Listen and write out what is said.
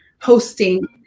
hosting